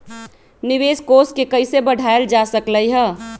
निवेश कोष के कइसे बढ़ाएल जा सकलई ह?